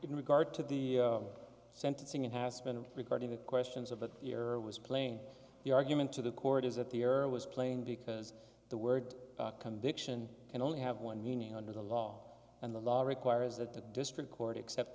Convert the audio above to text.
in regard to the sentencing it has been regarding the questions of a year was plain the argument to the court is that the error was plain because the word conviction can only have one meaning under the law and the law requires that the district court accept